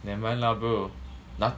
nevermind lah bro nothing